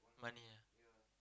money ah